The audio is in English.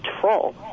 control